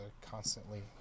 constantly